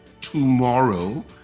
tomorrow